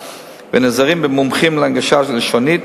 אבל אנחנו היום גם צריכים להגן על אלה שמושמצים,